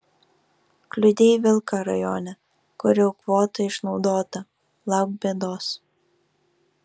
kliudei vilką rajone kur jau kvota išnaudota lauk bėdos